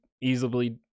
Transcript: easily